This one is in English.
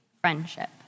friendship